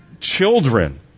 children